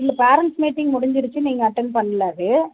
இல்லை parents meeting முடிஞ்சிடுச்சு நீங்கள் அட்டன்ட் பண்ணல அது